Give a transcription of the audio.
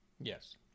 Yes